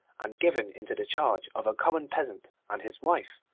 and given into the charge of a common peasant and his wife,